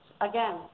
Again